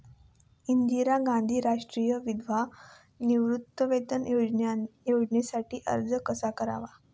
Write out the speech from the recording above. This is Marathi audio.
इंदिरा गांधी राष्ट्रीय विधवा निवृत्तीवेतन योजनेसाठी अर्ज कसा करायचा?